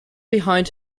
behind